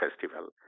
Festival